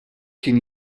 kien